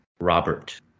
Robert